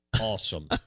awesome